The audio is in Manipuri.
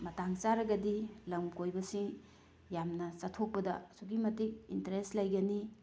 ꯃꯇꯥꯡ ꯆꯥꯔꯒꯗꯤ ꯂꯝ ꯀꯣꯏꯕꯁꯤ ꯌꯥꯝꯅ ꯆꯠꯊꯣꯛꯄꯗ ꯑꯁꯨꯛꯀꯤ ꯃꯇꯤꯛ ꯏꯟꯇꯔꯦꯁ ꯂꯩꯒꯅꯤ